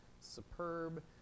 superb